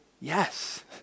yes